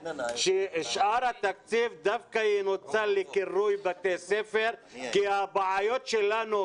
ששאר התקציב ינוצל לקרוי בתי ספר כי הבעיות שלנו,